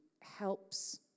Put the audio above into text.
helps